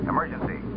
Emergency